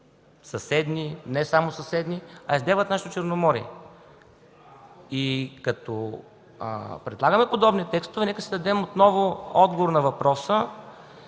съседни, не само съседни, а избягват нашето Черноморие? И като предлагаме подобни текстове, нека си дадем отново отговор на въпроса: